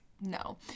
No